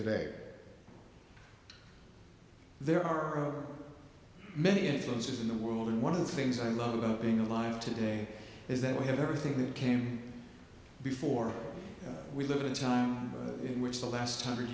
today there are many influences in the world and one of the things i love about being alive today is that we have everything that came before we live in a time in which the last hundred